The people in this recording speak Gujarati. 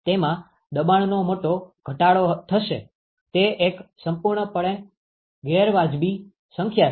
તેમાં દબાણનો મોટો ઘટાડો થશે તે એક સંપૂર્ણપણે ગેરવાજબી સંખ્યા છે